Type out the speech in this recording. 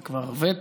זה כבר ותק.